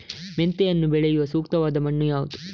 ಮೆಂತೆಯನ್ನು ಬೆಳೆಯಲು ಸೂಕ್ತವಾದ ಮಣ್ಣು ಯಾವುದು?